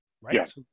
Right